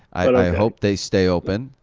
i hope they stay open.